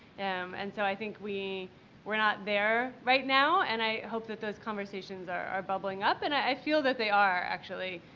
um and so i think we're not there right now and i hope that those conversations are are bubbling up and i feel that they are, actually,